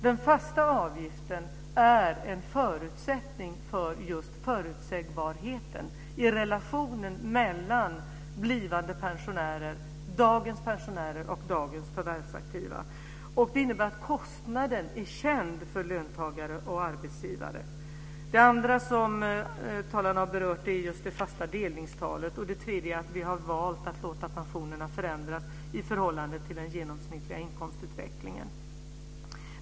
Den fasta avgiften är en förutsättning för just förutsägbarheten i relationen mellan blivande pensionärer, dagens pensionärer och dagens förvärvsaktiva. Det innebär att kostnaden är känd för löntagare och arbetsgivare. Det andra som talarna har berört är det fasta delningstalet. Det tredje är att vi har valt att låta pensionerna förändras i förhållande till den genomsnittliga inkomstutvecklingen.